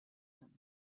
them